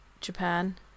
japan